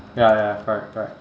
ya ya correct correct